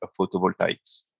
photovoltaics